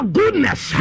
goodness